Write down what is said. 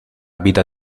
vida